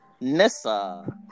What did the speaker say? Nessa